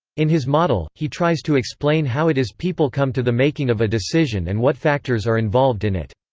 in his model, he tries to explain how it is people come to the making of a decision and what factors are involved in it.